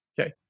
Okay